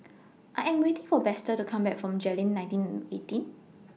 I Am waiting For Baxter to Come Back from Jayleen nineteen eighteen